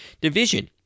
division